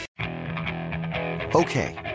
Okay